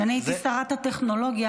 כשאני הייתי שרת הטכנולוגיה,